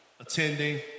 attending